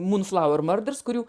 moonflower murders kurių